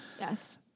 Yes